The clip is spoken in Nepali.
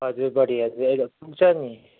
हजुर बडी हजुर ए हुन्छ नि